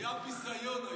בוודאי.